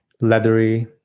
leathery